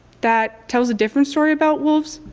that tells a different story about wolves,